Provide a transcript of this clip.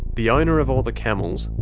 the owner of all the camels,